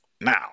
now